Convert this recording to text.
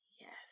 Yes